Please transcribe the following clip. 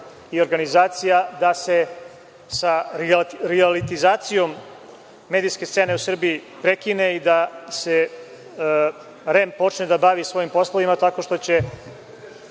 i organizacija, da se sa rijalitizacijom medijskih scena u Srbiji prekine i da REM počne da se bavi svojim poslovima tako što će